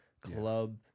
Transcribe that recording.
club